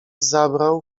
zabrał